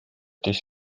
this